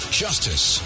justice